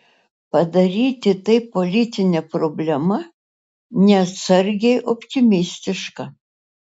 padaryti tai politine problema neatsargiai optimistiška